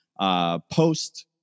Post